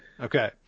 Okay